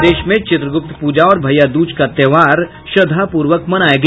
प्रदेश में चित्रगुप्त पूजा और भैया दूज का त्योहार श्रद्धापूर्वक मनाया गया